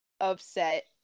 upset